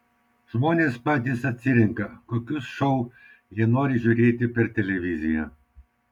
žmonės patys atsirenka kokius šou jie nori žiūrėti per televiziją